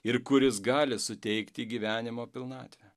ir kuris gali suteikti gyvenimo pilnatvę